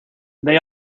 they